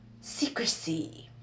secrecy